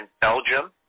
Belgium